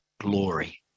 glory